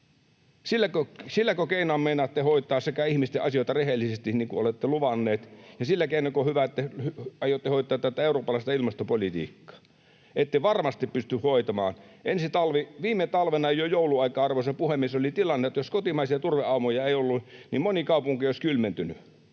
Silläkö keinoin meinaatte hoitaa ihmisten asioita rehellisesti, niin kuin olette luvanneet, ja sillä keinoinko aiotte hoitaa tätä eurooppalaista ilmastopolitiikkaa? Ette varmasti pysty hoitamaan. Viime talvena jo joulun aikaan, arvoisa puhemies, oli tilanne, että jos kotimaisia turveaumoja ei olisi ollut, niin moni kaupunki olisi kylmentynyt.